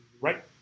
right